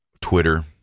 Twitter